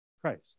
Christ